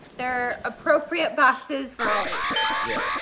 they're appropriate boxes for all ages. yeah.